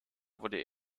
wurde